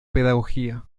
pedagogía